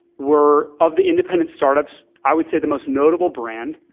where of the independent start-ups, i would say, the most notable brand.